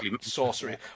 sorcery